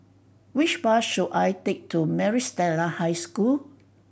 which bus should I take to Maris Stella High School